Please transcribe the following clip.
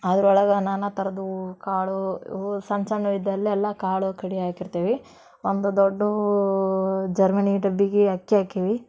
ಅದ್ರೊಳಗೆ ನಾನಾ ಥರದ್ದು ಕಾಳು ಇವು ಸಣ್ಣ ಸಣ್ಣವು ಇದ್ರಲ್ಲೆಲ್ಲ ಕಾಳು ಕಡಿ ಹಾಕಿರ್ತೇವೆ ಒಂದು ದೊಡ್ಡ ಜರ್ಮನಿ ಡಬ್ಬಿಗೆ ಅಕ್ಕಿ ಹಾಕೇವಿ